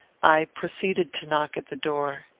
i proceeded to knock at the door.